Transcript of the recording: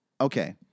Okay